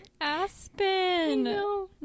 Aspen